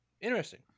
interesting